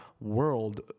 world